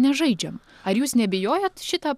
nežaidžiam ar jūs nebijojot šitą